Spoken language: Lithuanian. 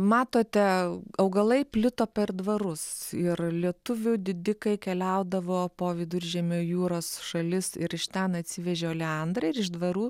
matote augalai plito per dvarus ir lietuvių didikai keliaudavo po viduržemio jūros šalis ir iš ten atsivežė oleandrą ir iš dvarų